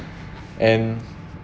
and